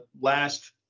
last